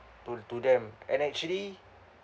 to to them and actually